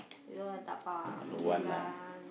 you want to dabao okay lah